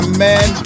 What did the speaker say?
man